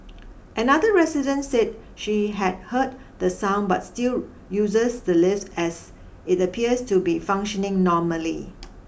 another resident said she had heard the sound but still uses the lift as it appears to be functioning normally